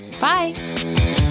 Bye